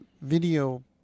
video